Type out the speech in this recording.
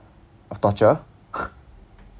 of torture